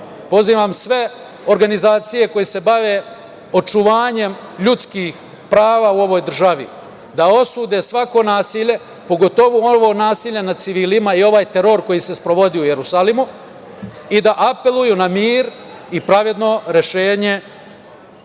pozivam sve organizacije koje se bave očuvanjem ljudskih prava u ovoj državi, da osude svako nasilje, pogotovo ovo nasilje nad civilima i ovaj teror koji se sprovodi u Jerusalimu i da apeluju na mir i pravedno rešenje